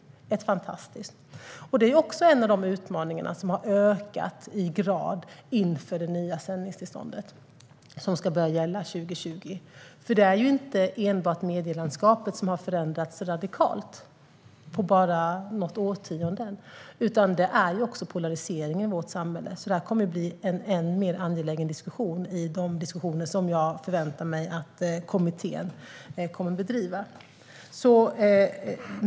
Detta är också en av de utmaningar som har ökat i grad inför det nya sändningstillståndet, som ska börja gälla 2020. Det är inte enbart medielandskapet som har förändrats radikalt på bara något årtionde, utan det gäller också polariseringen i vårt samhälle. Det här kommer att bli ett än mer angeläget ämne i de diskussioner som jag förväntar mig att kommittén kommer att föra.